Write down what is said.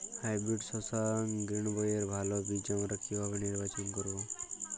Hybrid শসা গ্রীনবইয়ের ভালো বীজ আমরা কিভাবে নির্বাচন করব?